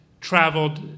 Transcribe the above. traveled